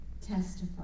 testify